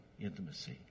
intimacy